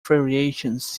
variations